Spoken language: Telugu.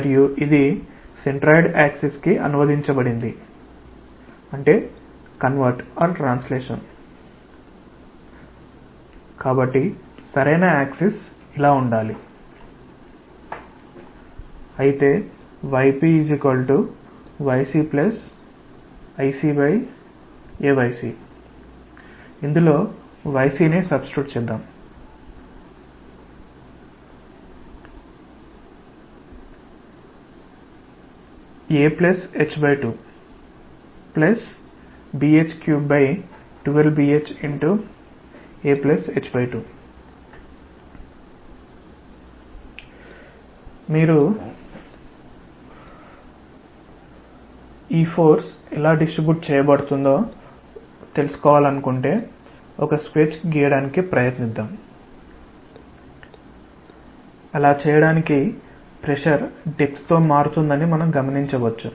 మరియు ఇది సెంట్రాయిడ్ యాక్సిస్ కి అనువదించబడింది కాబట్టి సరైన యాక్సిస్ ఇలా ఉండాలి అయితే ypycIcAyca h2bh312 bh a h2 మీరు లేదా ఈ ఫోర్స్ ఎలా డిస్ట్రీబ్యుట్ చేయబడుతుందో తెలుసుకోవాలనుకుంటే ఒక స్కెచ్ గీయడానికి ప్రయత్నిద్దాం అలా చేయడానికి ప్రెషర్ డెప్త్ తో మారుతుందని మనం గమనించవచ్చు